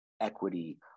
equity